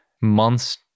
months